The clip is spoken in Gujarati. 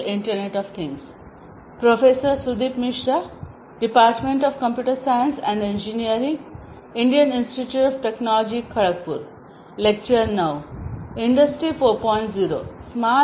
ઇન્ડસ્ટ્રી 4